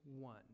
one